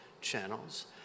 channels